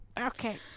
Okay